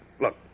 Look